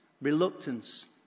Reluctance